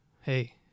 hey